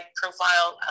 profile